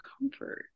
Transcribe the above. comfort